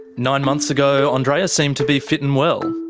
nine months ago, andreea seemed to be fit and well.